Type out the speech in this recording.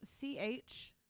C-H